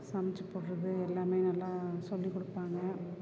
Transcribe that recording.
சமைச்சுப் போடுறது எல்லாமே நல்லா சொல்லிக் கொடுப்பாங்க